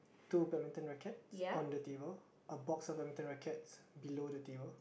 two badminton rackets on the table a box of badminton rackets below the table